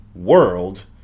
world